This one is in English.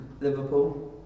Liverpool